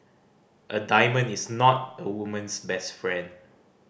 a diamond is not a woman's best friend